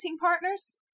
partners